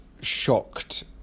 shocked